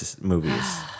movies